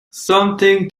something